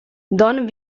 don